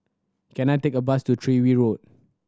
can I take a bus to Tyrwhitt Road